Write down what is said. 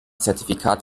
zertifikat